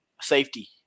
Safety